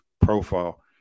profile